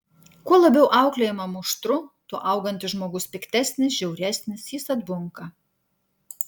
kuo labiau auklėjama muštru tuo augantis žmogus piktesnis žiauresnis jis atbunka